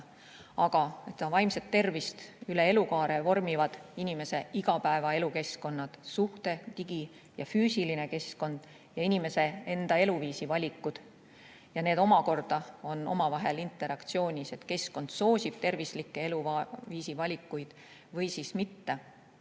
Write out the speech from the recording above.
aga vaimset tervist üle elukaare vormivad inimese igapäevased elukeskkonnad: suhted, digi- ja füüsiline keskkond ja inimese enda eluviisi valikud. Ja need omakorda on omavahel interaktsioonis. Keskkond kas soosib tervislikke eluviisi valikuid või mitte.